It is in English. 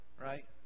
right